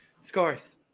scores